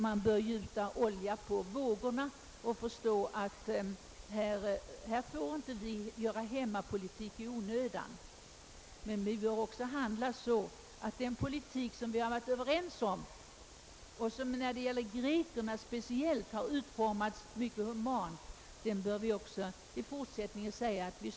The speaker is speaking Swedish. I stället bör man gjuta olja på vågorna och försöka inse att det inte får göras hemmapolitik av saken i onödan. Men den politik vi varit överens om att föra i utlänningsfrågor och som speciellt beträffande grekerna utformats mycket humant bör vi även i fortsättningen stå helt fast vid.